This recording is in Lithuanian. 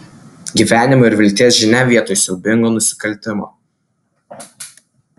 gyvenimo ir vilties žinią vietoj siaubingo nusikaltimo